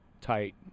tight